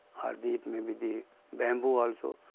or the it may be the bamboo also.